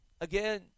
again